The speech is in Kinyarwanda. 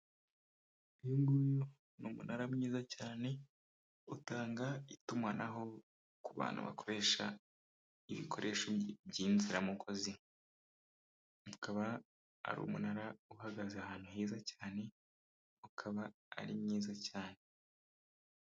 Uyunguyu ni umunara mwiza cyane utanga itumanaho ku bantu bakoresha ibikoresho by'inziramugozi ukaba ari umunara uhagaze ahantu heza cyane ukaba ari mwiza cyane.